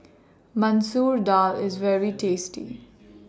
Masoor Dal IS very tasty